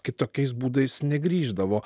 kitokiais būdais negrįždavo